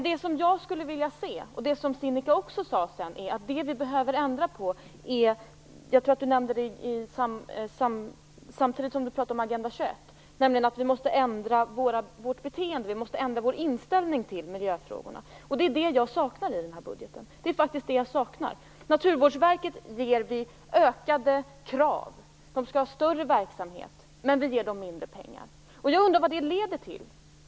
Det vi behöver ändra på - Sinikka Bohlin var inne på det i samband med, tror jag, Agenda 21-arbetet - är vårt beteende. Vi måste ändra vår inställning till miljöfrågorna. Det är detta som jag saknar i budgeten. Naturvårdsverket ställer vi ökade krav på att det skall ha en mer omfattande verksamhet, men vi ger det mindre pengar. Jag undrar vad det leder till.